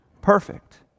perfect